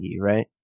right